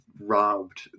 robbed